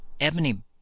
ebony